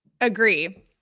Agree